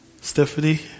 Stephanie